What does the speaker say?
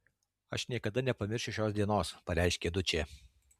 aš niekada nepamiršiu šios dienos pareiškė dučė